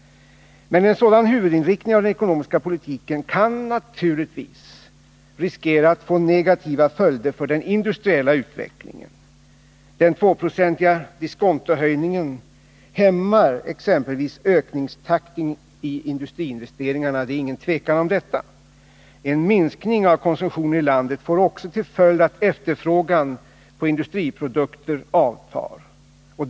En sådan huvudinriktning av den ekonomiska politiken kan emellertid få negativa följder för den industriella utvecklingen. Den tvåprocentiga diskontohöjningen hämmar exempelvis ökningstakten i industriinvesteringarna. En minskning av konsumtionen i landet får också till följd att efterfrågan på industriprodukter avtar.